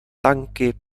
tanky